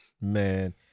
Man